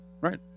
Right